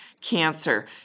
cancer